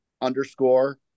underscore